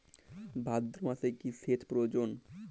ভাদ্রমাসে কি সেচ প্রয়োজন?